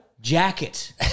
jacket